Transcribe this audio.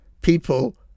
people